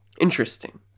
Interesting